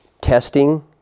testing